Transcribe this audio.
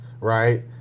right